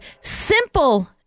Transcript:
simple